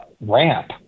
ramp